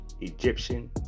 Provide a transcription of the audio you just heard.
Egyptian